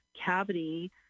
cavity